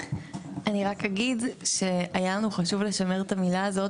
אני רק אגיד שהיה לנו חשוב לשמר את המילה הזאת,